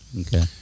okay